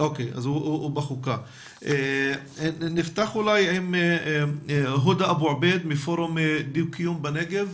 נפתח עם הודא אבו עבייד מפורום דו קיום בנגב.